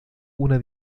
una